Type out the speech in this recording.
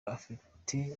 afite